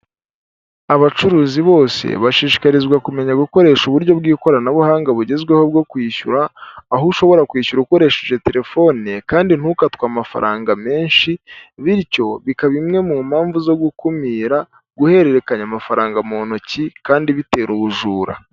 Abacuruzi bose bashishikarizwa kumenya gukoresha uburyo bw'ikoranabuhanga bugezweho bwo kwishyura aho ushobora kwishyura ukoresheje telefone kandi ntukatwa amafaranga menshi bityo bikaba imwe mu mpamvu zo gukumira guhererekanya amafaranga mu ntoki kandi bitera ubujura.